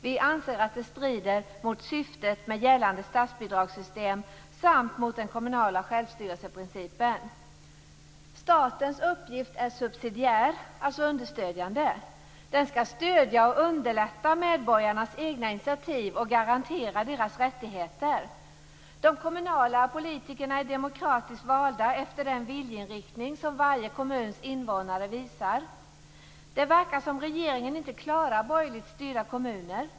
Vi anser att det strider mot syftet med gällande statsbidragssystem samt mot den kommunala självstyrelseprincipen." Statens uppgift är subsidiär, alltså understödjande. Den skall stödja och underlätta medborgarnas egna initiativ och garantera deras rättigheter. De kommunala politikerna är demokratiskt valda efter den viljeinriktning som varje kommuns invånare visar. Det verkar som om regeringen inte klarar borgerligt styrda kommuner.